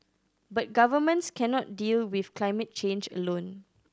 but governments cannot deal with climate change alone